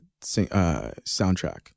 soundtrack